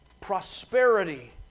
prosperity